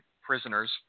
prisoners